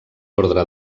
ordre